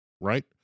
right